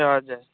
हजुर